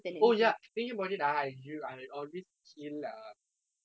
oh ya thinking about it ah !aiyo! I always kill err